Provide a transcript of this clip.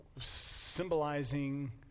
symbolizing